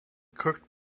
cooked